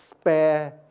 Spare